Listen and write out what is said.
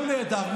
גם נהדר,